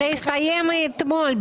זה הסתיים אתמול,